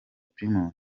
primus